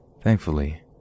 thankfully